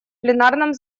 пленарном